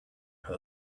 who